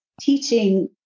teaching